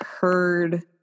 heard